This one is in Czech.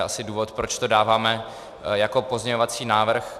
To je asi důvod, proč to dáváme jako pozměňovací návrh.